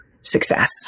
success